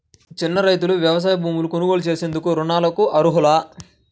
చిన్న రైతులు వ్యవసాయ భూములు కొనుగోలు చేసేందుకు రుణాలకు అర్హులా?